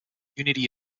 unity